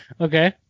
Okay